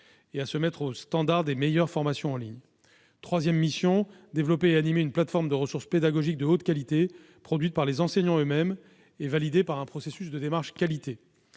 et à se mettre au standard des meilleures formations en ligne. Sa troisième mission serait le développement et l'animation d'une plateforme de ressources pédagogiques de haute qualité produite par les enseignants eux-mêmes et validée par un processus de démarche qualité.